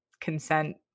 consent